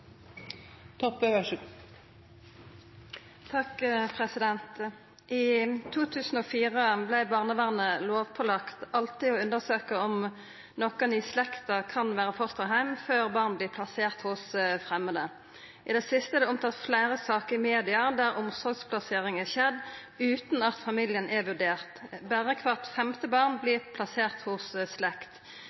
2004 blei barnevernet lovpålagt alltid å undersøke om nokon i slekta kan vere fosterheim, før born blir plassert hos framande. I det siste er det omtalt fleire saker i media der omsorgsplassering er skjedd utan at familien er vurdert. Berre kvart femte barn blir plassert hos slekt.